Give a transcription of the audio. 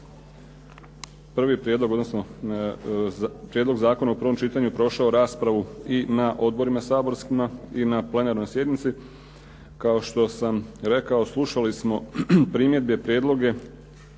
prvi prijedlog odnosno prijedlog zakona u prvom čitanju prošao raspravu i na odborima saborskim i na plenarnoj sjednici kao što sam rekao slušali smo primjedbe i prijedloge